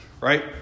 right